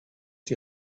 die